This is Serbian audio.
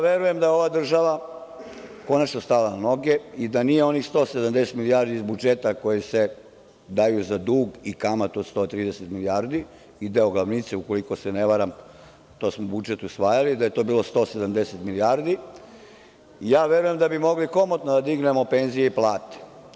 Verujem da je ova država konačno stala na noge i da nije onih 170 milijardi iz budžeta koji se daju za dug i kamatu od 130 milijardi i deo glavnice, ukoliko se ne varam, to smo budžet usvajali, da je to bilo 170 milijardi, ja verujem da bi mogli komotno da dignemo penzije i plate.